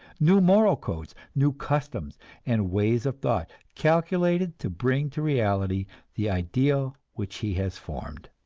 new moral codes, new customs and ways of thought, calculated to bring to reality the ideal which he has formed.